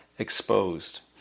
exposed